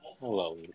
Hello